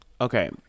Okay